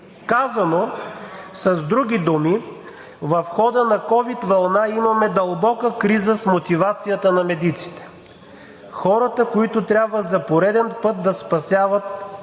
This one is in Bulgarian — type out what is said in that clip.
Казано с други думи, в хода на ковид вълна имаме дълбока криза с мотивацията на медиците. Хората, които трябва за пореден път да спасяват